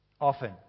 often